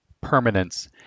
permanence